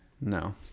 No